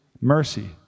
Mercy